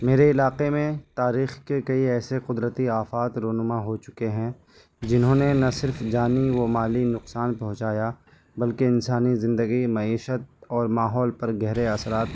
میرے علاقے میں تاریخ کے کئی ایسے قدرتی آفات رونما ہو چکے ہیں جنہوں نے نہ صرف جانی و مالی نقصان پہنچایا بلکہ انسانی زندگی معیشت اور ماحول پر گہرے اثرات